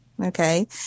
Okay